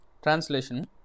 Translation